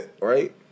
Right